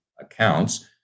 accounts